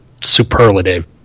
superlative